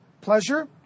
pleasure